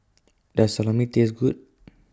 Does Salami Taste Good